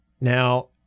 Now